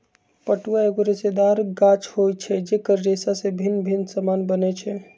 पटुआ एगो रेशेदार गाछ होइ छइ जेकर रेशा से भिन्न भिन्न समान बनै छै